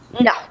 No